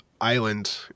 Island